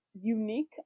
unique